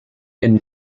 and